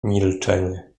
milczenie